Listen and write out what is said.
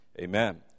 amen